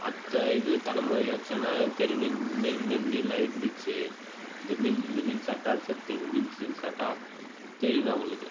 அடுத்த இது தலைமுறைக்காச்சன்னால் தெரியணும் இந்த இந்த மீனெல்லாம் இருந்துச்சு இந்த மீன் இந்த மீன் சாப்பிட்டா சத்து இந்த மீன் சிறு சாப்பிட்டா தெரியணும் அவர்களுக்கு